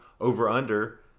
over-under